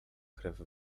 krew